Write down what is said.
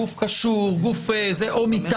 גוף קשור או מטעם,